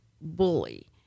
bully